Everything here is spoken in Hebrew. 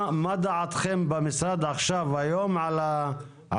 מה דעתכם עכשיו במשרד היום עכשיו על הסוגיה,